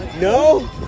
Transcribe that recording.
No